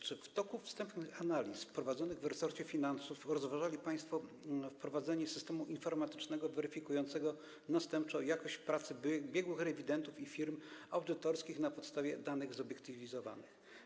Czy w toku wstępnych analiz, prowadzonych w resorcie finansów rozważali państwo wprowadzenie systemu informatycznego weryfikującego następczo jakość pracy biegłych rewidentów i firm audytorskich na podstawie danych zobiektywizowanych?